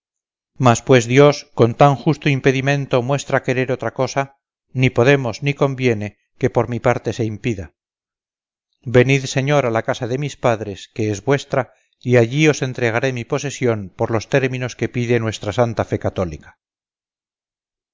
mas pues dios con tan justo impedimento muestra querer otra cosa ni podemos ni conviene que por mi parte se impida venid señor a la casa de mis padres que es vuestra y allí os entregaré mi posesión por los términos que pide nuestra santa fe cathólica